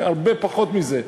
הרבה פחות מזה.